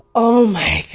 oh my